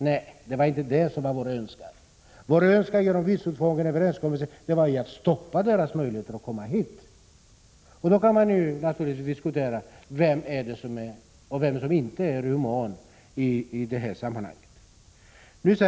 Nej, det var inte vår önskan. Vår önskan genom visumtvånget och överenskommelsen var att stoppa deras möjligheter att komma hit. Då kan man naturligtvis diskutera vem som är human och vem som inte är det i det här sammanhanget.